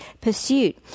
pursuit